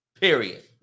Period